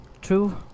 True